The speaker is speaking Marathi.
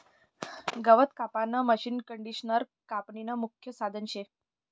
गवत कापानं मशीनकंडिशनर कापनीनं मुख्य साधन शे